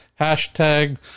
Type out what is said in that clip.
Hashtag